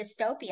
dystopia